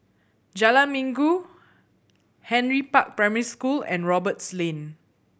Jalan Minggu Henry Park Primary School and Roberts Lane